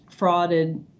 frauded